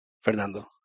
Fernando